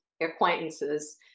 acquaintances